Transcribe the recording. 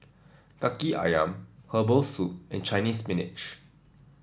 Kaki ayam Herbal Soup and Chinese Spinach